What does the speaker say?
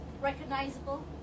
recognizable